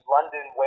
London